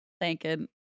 thanking